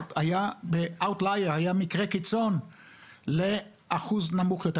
היה מקרה קיצון לאחוז נמוך יותר.